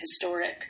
historic